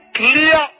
clear